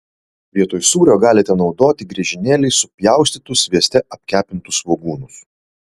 vietoj sūrio galite naudoti griežinėliais supjaustytus svieste apkepintus svogūnus